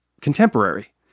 contemporary